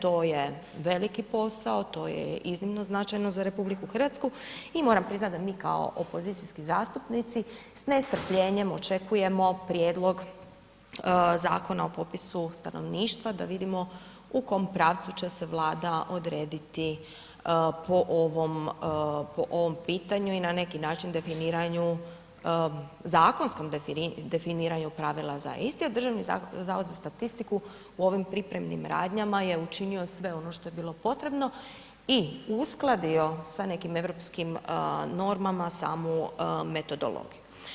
To je veliki posao, to je iznimno značajno za RH i moram priznati da mi kao opozicijski zastupnici sa nestrpljenjem očekujemo prijedlog Zakona o popisu stanovništva da vidimo u kom pravcu će se Vlada odrediti po ovom pitanju i na neki način definiranju, zakonskom definiranju pravila ... a Državni zavod za statistiku u ovim pripremnim radnjama je učinio sve ono što je bilo potrebno i uskladio sa nekim europskim normama samu metodologiju.